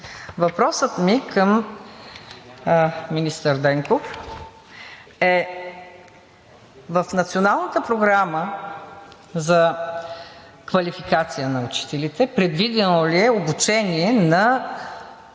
Въпросът ми към министър Денков е: в Националната програма за квалификация на учителите предвидено ли е обучение на